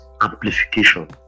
amplification